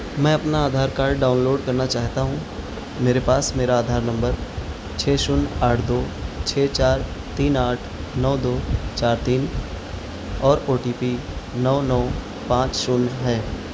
میں اپنا Aadhaar card download کرنا چاہتا ہوں میرے پاس میرا آدھار نمبر چھ شونیہ آٹھ دو چھ چار تین آٹھ نو دو چار تین اور او ٹی پی نو نو پانچ شونیہ ہے